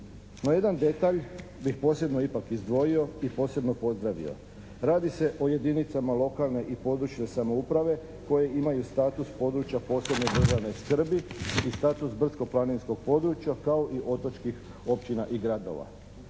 jedan detalj bih posebno ipak izdvojio i posebno pozdravio. Radi se o jedinicama lokalne i područne samouprave koje imaju status područja posebne državne skrbi i status brdsko-planinskog područja kao i otočkih općina i gradova.